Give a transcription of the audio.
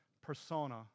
persona